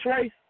race